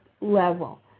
level